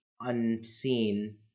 unseen